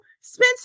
Spencer